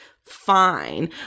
fine